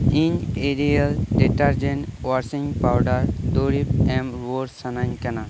ᱤᱧ Ariel detergent washing powder ᱫᱩᱨᱤᱵ ᱮᱢ ᱨᱩᱣᱟᱹᱲ ᱥᱟᱱᱟᱧ ᱠᱟᱱᱟ